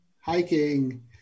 Hiking